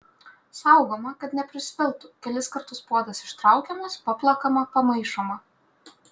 saugoma kad neprisviltų kelis kartus puodas ištraukiamas paplakama pamaišoma